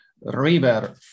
River